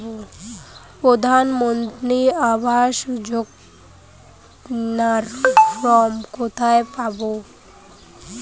প্রধান মন্ত্রী আবাস যোজনার ফর্ম কোথায় পাব?